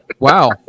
Wow